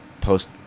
post